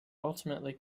ultimately